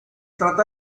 trata